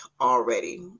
already